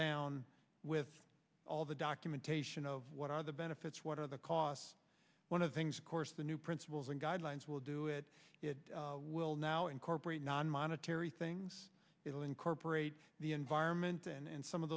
down with all the documentation of what are the benefits what are the costs one of the things of course the new principles and guidelines will do it it will now incorporate non monetary things it will incorporate the environment and some of